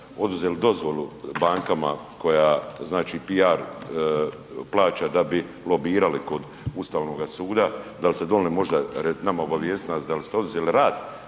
oduzeli dozvolu bankama koja znači PR plaća da bi lobirali kod Ustavnoga suda, dal ste donijeli možda nama obavijestit nas dal ste oduzeli rad